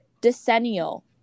decennial